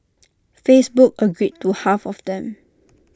Facebook agreed to half of them